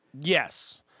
Yes